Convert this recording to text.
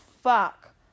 fuck